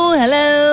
hello